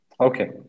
Okay